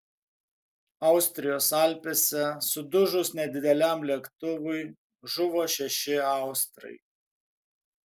austrijos alpėse sudužus nedideliam lėktuvui žuvo šeši austrai